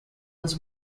was